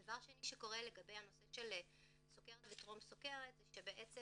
דבר שני שקורה לגבי הנושא של סכרת וטרום סכרת זה שבעצם